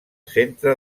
centre